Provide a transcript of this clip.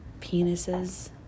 penises